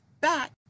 back